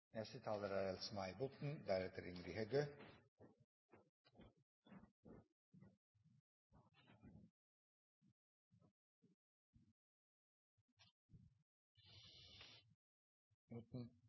Neste talar er